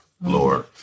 lord